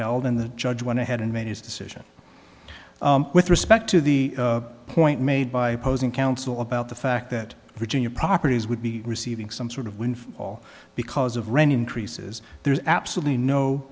held in the judge went ahead and made his decision with respect to the point made by opposing counsel about the fact that virginia properties would be receiving some sort of windfall because of rent increases there is absolutely no